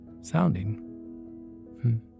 sounding